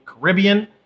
Caribbean